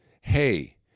hey